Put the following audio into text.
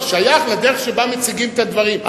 זה שייך לדרך שבה מציגים את הדברים,